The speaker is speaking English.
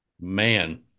Man